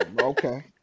Okay